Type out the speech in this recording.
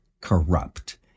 corrupt